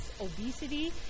obesity